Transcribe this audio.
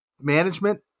management